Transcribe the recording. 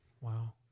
Wow